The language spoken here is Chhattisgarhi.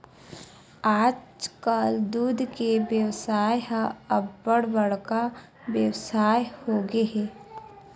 आजकाल दूद के बेवसाय ह अब्बड़ बड़का बेवसाय होगे हे